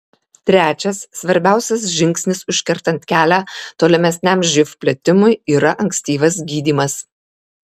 trečias svarbiausias žingsnis užkertant kelią tolimesniam živ plitimui yra ankstyvas gydymas